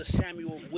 Samuel